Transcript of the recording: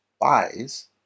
buys